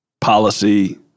policy